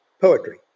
poetry